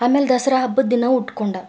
ಆಮೇಲೆ ದಸರಾ ಹಬ್ಬದ ದಿನ ಉಟ್ಟ್ಕೊಂಡೆ